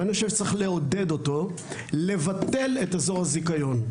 ואני חושב שצריך לעודד אותו לבטל את אזורי הזיכיון,